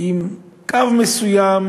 עם קו מסוים,